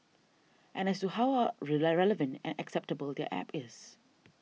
and as to how are relevant and acceptable their app is